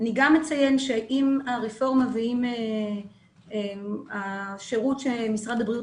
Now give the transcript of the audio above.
אני גם אציין שעם הרפורמה ועם השירות שמשרד הבריאות